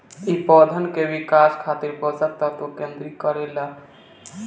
इ पौधन के विकास खातिर पोषक तत्व केंद्रित करे ला